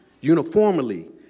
uniformly